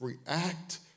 React